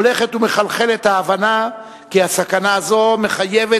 הולכת ומחלחלת ההבנה כי הסכנה הזו מחייבת